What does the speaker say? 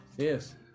Yes